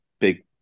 big